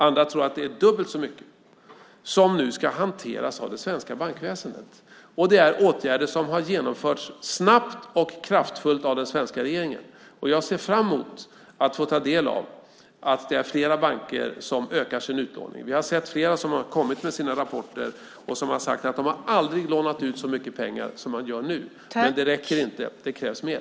Andra tror att det är dubbelt så mycket. Dessa ska nu hanteras av det svenska bankväsendet. Det handlar om åtgärder som har genomförts snabbt och kraftfullt av den svenska regeringen. Jag ser fram emot att få ta del av att fler banker ökar sin utlåning. Flera har kommit med sina rapporter och sagt att de aldrig har lånat ut så mycket pengar som de gör nu, men det räcker inte. Det krävs mer.